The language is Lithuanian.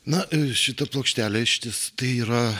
na šita plokštelė išties tai yra